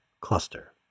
cluster